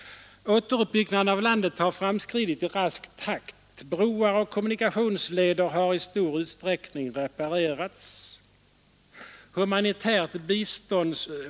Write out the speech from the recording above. Återuppbyggnaden i landet har framskridit i rask takt. Broar och kommunikationsleder har i stor utsträckning reparerats.